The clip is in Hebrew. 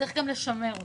צריך גם לשמר אותה.